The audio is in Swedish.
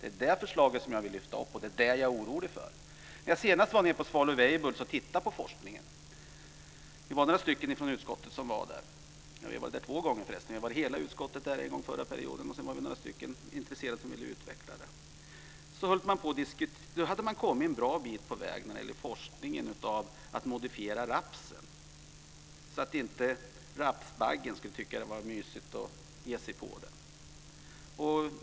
Det är det förslaget jag vill lyfta upp. Vi är några från utskottet som har besökt Svalöf Weibull. Jag har varit där två gånger; först med hela utskottet under förra mandatperioden och sedan ytterligare en gång tillsammans med några intresserade. När jag senast var där hade man kommit en bra bit på väg när det gäller forskning om modifiering av raps så att rapsbaggen inte ska tycka att det är mysigt att ge sig på rapsen.